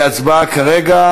החרדי,